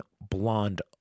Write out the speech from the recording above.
blonde